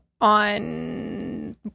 on